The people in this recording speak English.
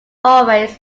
always